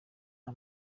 nta